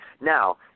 Now